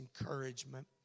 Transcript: encouragement